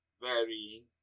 varying